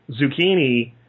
zucchini